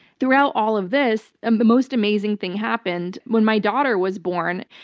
throughout all of this, and the most amazing thing happened. when my daughter was born,